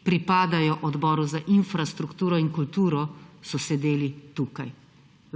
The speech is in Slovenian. pripadajo odboroma za infrastrukturo in kulturo so sedeli tukaj.